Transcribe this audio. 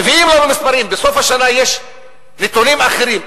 מביאים לנו מספרים, בסוף השנה יש נתונים אחרים.